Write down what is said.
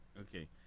Okay